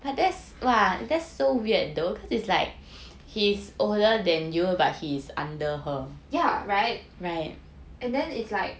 ya right and then it's like